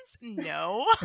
No